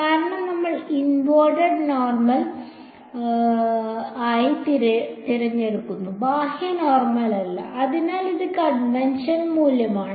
കാരണം നമ്മൾ inward normal ആയി തിരഞ്ഞെടുക്കുന്നു ബാഹ്യ നോർമൽ അല്ല അതിനാൽ ഇത് കൺവെൻഷൻ മൂലമാണ്